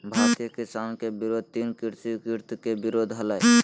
भारतीय किसान के विरोध तीन कृषि कृत्य के विरोध हलय